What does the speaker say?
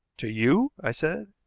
to you? i said.